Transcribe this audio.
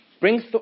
Brings